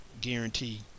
guarantee